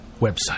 website